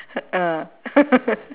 ah